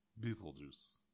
Beetlejuice